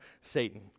Satan